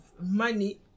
money